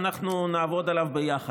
אנחנו נעבוד עליו ביחד,